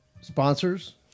sponsors